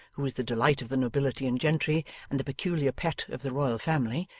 who was the delight of the nobility and gentry and the peculiar pet of the royal family,